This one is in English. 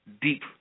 deep